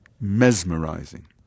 mesmerizing